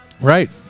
Right